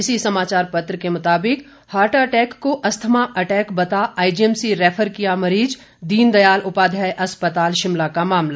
इसी समाचार पत्र के मुताबिक हार्ट अटैक को अस्थमा अटैक बता आईजीएमसी रैफर किया मरीज दीनदयाल उपाध्याय अस्पताल शिमला का मामला